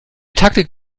taktik